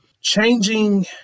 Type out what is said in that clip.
changing